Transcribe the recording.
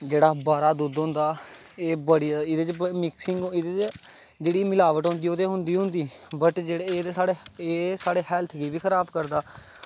जेह्ड़ा बाह्रा दा दुद्ध होंदा एह्दे च बड़ी जादा एह्दे च मिक्सिंग जेह्ड़ी मलावट होंदी ओह् ते होंदी गै होंदी बट एह्दे च जेह्ड़े एह् साढ़े हैल्थ गी बी खराब करदा